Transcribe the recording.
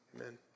amen